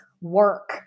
work